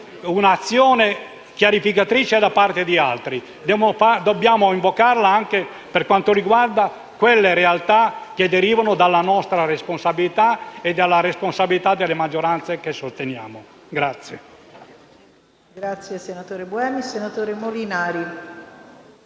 un'azione chiarificatrice da parte di altri, dobbiamo invocarla anche per quanto riguarda quelle realtà che derivano dalla responsabilità nostra e delle maggioranze che sosteniamo.